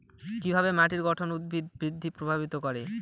কিভাবে মাটির গঠন উদ্ভিদ বৃদ্ধি প্রভাবিত করে?